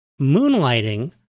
Moonlighting